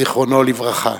זיכרונו לברכה.